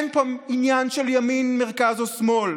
אין פה עניין של ימין, מרכז או שמאל.